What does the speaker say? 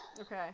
Okay